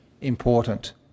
important